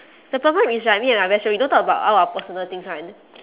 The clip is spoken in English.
the problem is right me and my best friend we don't talk about all our personal things [one]